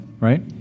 right